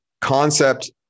concept